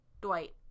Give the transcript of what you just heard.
Dwight